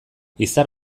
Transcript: izar